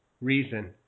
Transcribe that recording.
reason